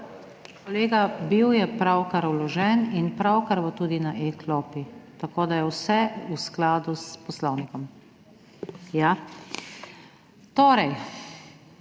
Kolega, bil je pravkar vložen in pravkar bo tudi na e-klopi, tako da je vse v skladu s Poslovnikom. V razpravo